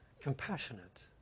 compassionate